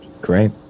Great